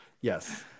Yes